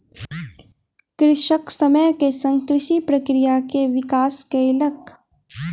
कृषक समय के संग कृषि प्रक्रिया के विकास कयलक